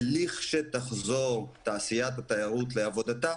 ולכשתחזור תעשיית התיירות לעבודתה,